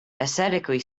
aesthetically